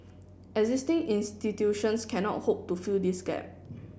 existing institutions cannot hope to fill this gap